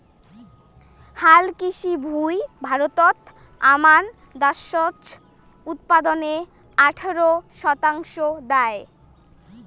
হালকৃষি ভুঁই ভারতত আমান দ্যাশজ উৎপাদনের আঠারো শতাংশ দ্যায়